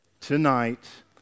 tonight